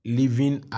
living